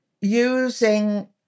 using